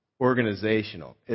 organizational